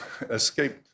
escaped